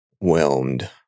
whelmed